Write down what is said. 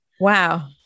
Wow